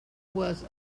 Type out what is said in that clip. was